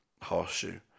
Horseshoe